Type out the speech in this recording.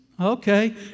okay